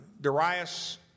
Darius